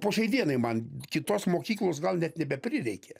po šiai dienai man kitos mokyklos gal net nebeprireikė